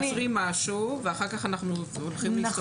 שמאשרים משהו ואחר כך אנחנו הולכים להשתמש בו.